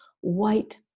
white